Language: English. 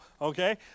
Okay